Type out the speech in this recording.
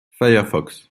firefox